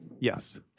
yes